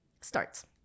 starts